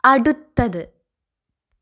അടുത്തത്